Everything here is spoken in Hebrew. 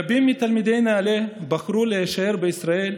רבים מתלמידי נעל"ה בחרו להישאר בישראל,